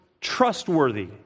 trustworthy